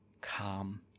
calm